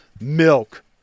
milk